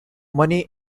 money